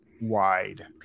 wide